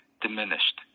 diminished